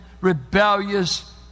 rebellious